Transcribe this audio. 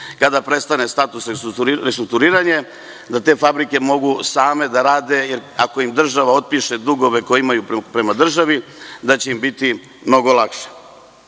kada prestane status restrukturiranja da mogu same da rade ako im država otpiše dugove koje imaju prema državi i da će biti mnogo lakše. Šta